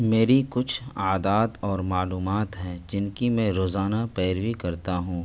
میری کچھ عادات اور معلومات ہیں جن کی میں روزانہ پیروی کرتا ہوں